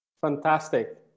fantastic